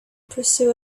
pursuit